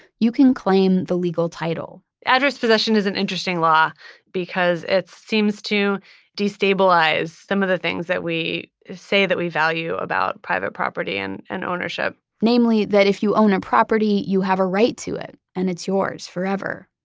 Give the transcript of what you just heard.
you can claim the legal title adverse possession is an interesting law because it seems to destabilize some of the things that we say that we value about private property and and ownership namely, that if you own a property, you have a right to it and it's yours forever.